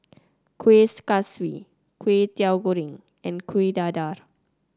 Kueh Kaswi Kway Teow Goreng and Kueh Dadar